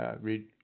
read